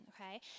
okay